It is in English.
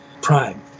Prime